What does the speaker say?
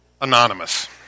Anonymous